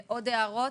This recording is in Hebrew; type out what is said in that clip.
עוד הערות?